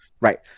right